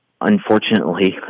unfortunately